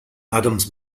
adams